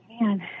man